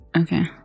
Okay